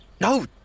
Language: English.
No